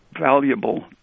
valuable